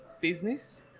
business